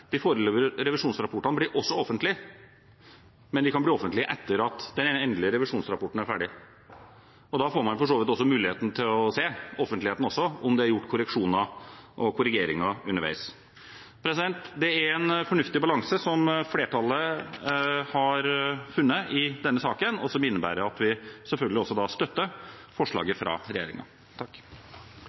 De foreløpige revisjonsrapportene blir også offentlige, men de blir offentlige etter at den endelige revisjonsrapporten er ferdig. Da får for så vidt også offentligheten muligheten til å se om det er gjort korreksjoner og korrigeringer underveis. Det er en fornuftig balanse flertallet har funnet i denne saken, og som innebærer at vi selvfølgelig støtter forslaget fra